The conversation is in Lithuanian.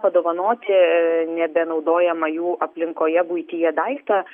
padovanoti nebenaudojamą jų aplinkoje buityje daiktą